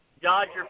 Dodger